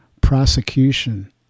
prosecution